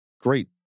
great